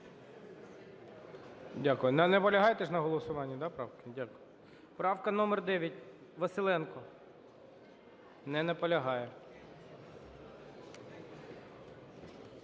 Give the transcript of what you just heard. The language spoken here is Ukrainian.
Дякую. Не наполягаєте на голосуванні правки? Дякую. Правка номер 9, Василенко. Не наполягає.